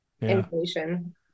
inflation